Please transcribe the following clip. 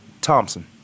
Thompson